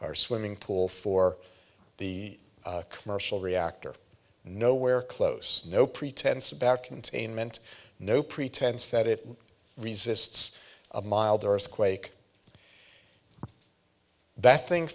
or swimming pool for the commercial reactor nowhere close no pretense about containment no pretense that it resists a mild earthquake that thing